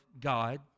God